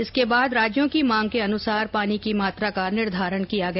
इसके बाद राज्यों की मांग के अनुसार पानी की मात्रा का निर्धारण किया गया